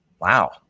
wow